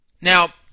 Now